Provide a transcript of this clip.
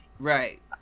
Right